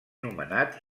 nomenat